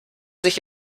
sich